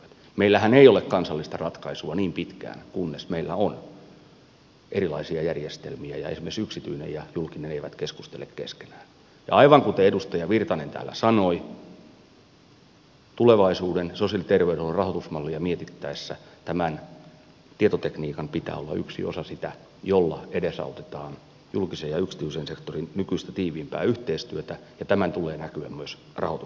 meillähän ei ole kansallista ratkaisua niin pitkään kuin meillä on erilaisia järjestelmiä ja esimerkiksi yksityinen ja julkinen eivät keskustele keskenään ja aivan kuten edustaja virtanen täällä sanoi tulevaisuuden sosiaali ja terveydenhuollon rahoitusmallia mietittäessä tietotekniikan pitää olla yksi osa sitä jolla edesautetaan julkisen ja yksityisen sektorin nykyistä tiiviimpää yhteistyötä ja tämän tulee näkyä myös rahoitusratkaisuissa